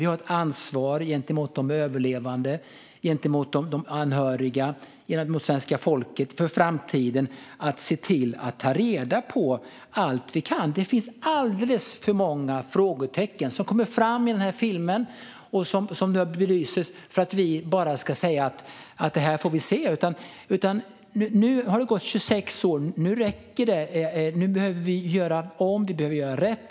Vi har ett ansvar gentemot de överlevande, de anhöriga och svenska folket för framtiden att se till att ta reda på allt vi kan. Det är alldeles för många frågetecken som belyses i filmen för att vi bara ska säga: Vi får se. Det har gått 26 år. Nu räcker det. Nu behöver vi göra om. Vi behöver göra rätt.